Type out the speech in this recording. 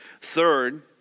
third